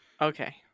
Okay